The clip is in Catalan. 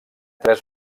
tres